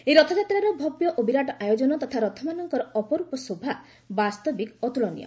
ଏହି ରଥଯାତ୍ରାର ଭବ୍ୟ ଓ ବିରାଟ ଆୟୋଜନ ତଥା ରଥମାନଙ୍କର ଅପର୍ ପଶୋଭା ବାସ୍ତବିକ ଅତ୍କଳନୀୟ